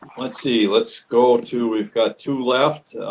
let's see, let's go to, we've got two left.